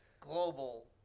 global